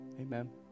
Amen